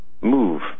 move